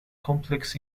complex